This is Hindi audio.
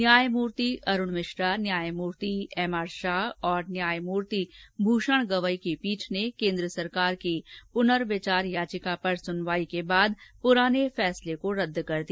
न्यायमूर्ति अरूण मिश्रा न्यायमूर्ति एम आर शाह और न्यायमूर्ति भूषण गवई की पीठ ने केन्द्र सरकार की पुनर्विचार याचिका पर सुनवाई के बाद पुराने फैसले को रद्द कर दिया